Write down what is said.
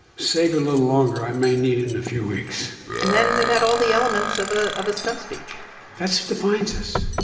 save it a little longer. i may need in a few weeks and then it had all the elements of ah of a stump speech that's what defines us